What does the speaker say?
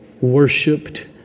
worshipped